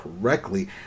correctly